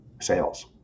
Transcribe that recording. sales